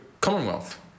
Commonwealth